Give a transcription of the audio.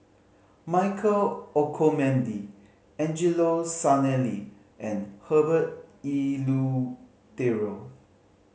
Michael Olcomendy Angelo Sanelli and Herbert Eleuterio